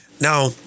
Now